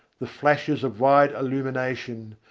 the flashes of wide illumination,